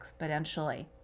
exponentially